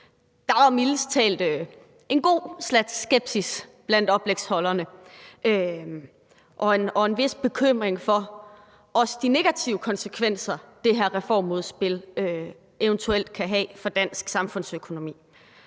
Der var mildest talt en god slat skepsis blandt oplægsholderne og en vis bekymring for også de negative konsekvenser, det her reformudspil eventuelt kan have for dansk samfundsøkonomi.